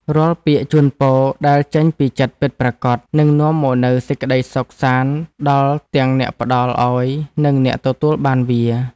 រាល់ពាក្យជូនពរដែលចេញពីចិត្តពិតប្រាកដនឹងនាំមកនូវសេចក្តីសុខសាន្តដល់ទាំងអ្នកផ្ដល់ឱ្យនិងអ្នកទទួលបានវា។